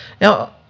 Now